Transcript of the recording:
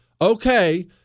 okay